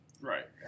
right